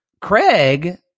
Craig